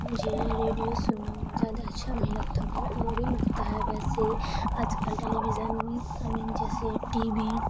مجھے ریڈیو سننا جیادہ اچھا نہیں لگتا بہت بورنگ لگتا ہے ویسے آج کل ٹیلی ویژن آئی مین جیسے ٹی وی